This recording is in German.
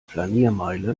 flaniermeile